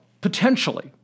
potentially